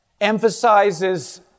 emphasizes